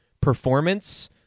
performance